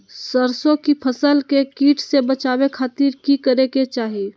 सरसों की फसल के कीट से बचावे खातिर की करे के चाही?